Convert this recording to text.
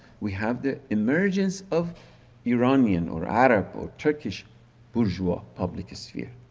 we have the emergence of iranian or arab or turkish bourgeois public sphere.